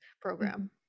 program